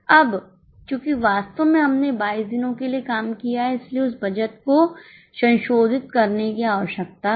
अब चूंकि वास्तव में हमने 22 दिनों के लिए काम किया है इसलिए उस बजट को संशोधित करने की आवश्यकता है